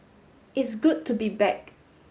it's good to be back